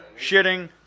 shitting